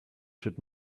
should